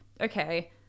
okay